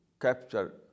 capture